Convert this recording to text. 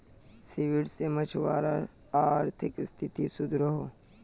seaweed से मछुवारार अआर्थिक स्तिथि सुधरोह